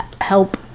help